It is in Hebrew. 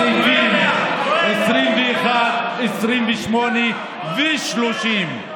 סעיפים 21, 28 ו-30,